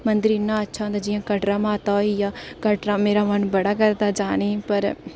मंदिर इ'न्ना अच्छा होंदा जि'यां कटरा माता होई गेआ कटरा मेरा मन बड़ा करदा जाने ई पर